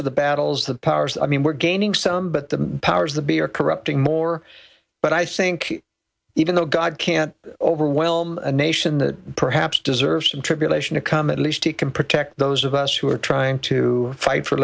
of the battles the powers i mean we're gaining some but the powers that be are corrupting more but i think even though god can overwhelm a nation that perhaps deserves some tribulation to come at least he can protect those of us who are trying to fight for